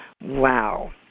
Wow